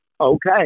okay